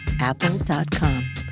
apple.com